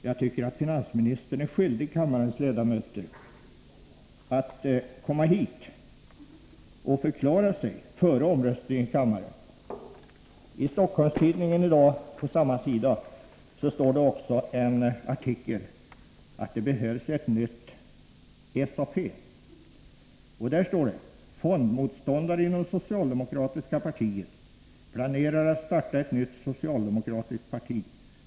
Jag tycker att finansministern är skyldig kammarens ledamöter att komma hit och förklara sig före omröstningen i kammaren. På samma sida i denna tidning är också införd en artikel med rubriken ”Det behövs ett nytt SAP”. Sedan står det så här: ”Fondmotståndare inom socialdemokratiska partiet planerar att starta ett nytt socialdemokratiskt parti.